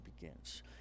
begins